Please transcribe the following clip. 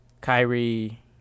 Kyrie